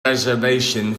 reservation